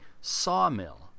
sawmill